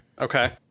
Okay